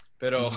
pero